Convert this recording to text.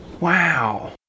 Wow